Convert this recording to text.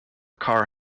car